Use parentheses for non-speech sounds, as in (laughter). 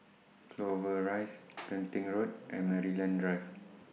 Clover Rise (noise) Genting Road and Maryland Drive